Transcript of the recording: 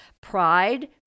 pride